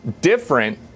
different